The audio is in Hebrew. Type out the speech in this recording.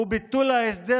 הוא ביטול ההסדר